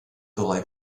dylai